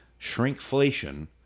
shrinkflation